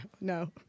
No